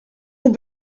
will